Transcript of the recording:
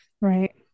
right